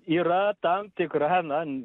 yra tam tikra na